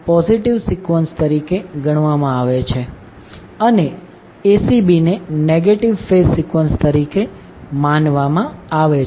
abc ને positive sequence તરીકે ગણવામાં આવે છે અને acb ને નેગેટિવ ફેઝ સિકવન્સ તરીકે માનવામાં આવે છે